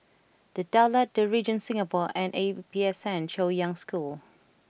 The Daulat The Regent Singapore and A P S N Chaoyang School